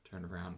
Turnaround